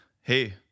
Hey